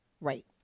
Right